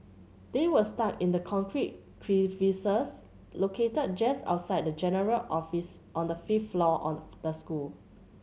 they were stuck in the concrete crevices located just outside the general office on the fifth floor of the school